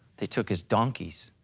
they took his donkeys,